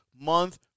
month